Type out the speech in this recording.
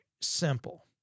simple